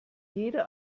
jeder